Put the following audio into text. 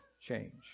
change